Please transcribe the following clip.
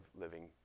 living